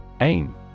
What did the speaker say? Aim